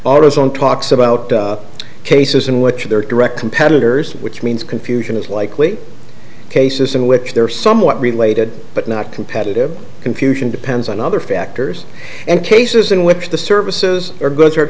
autozone talks about cases in which there are direct competitors which means confusion is likely cases in which they're somewhat related but not competitive confusion depends on other factors and cases in which the services or good